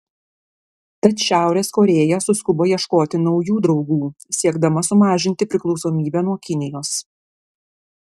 tad šiaurės korėja suskubo ieškoti naujų draugų siekdama sumažinti priklausomybę nuo kinijos